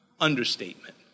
Understatement